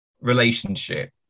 relationship